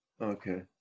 Okay